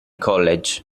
college